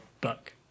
book